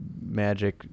magic